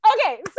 okay